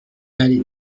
allée